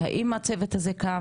על הסוגיה של האם הצוות הזה קם,